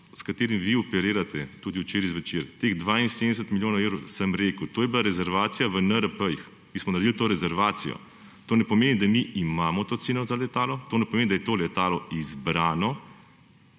s katerim vi operirate, tudi včeraj zvečer, teh 72 milijonov evrov sem rekel, da je bila rezervacija v NRP, mi smo naredili to rezervacijo. To ne pomeni, da mi imamo to ceno za letalo. To ne pomeni, da je to letalo izbrano,